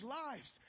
lives